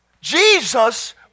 Jesus